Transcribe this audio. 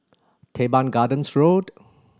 Teban Gardens Road